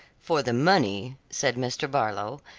for the money, said mr. barlow,